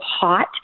hot